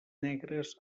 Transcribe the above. negres